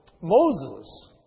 Moses